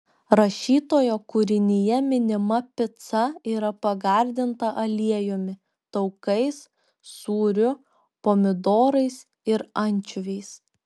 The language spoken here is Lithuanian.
rašytojo kūrinyje minima pica yra pagardinta aliejumi taukais sūriu pomidorais ir ančiuviais